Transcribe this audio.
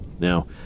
Now